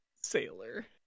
sailor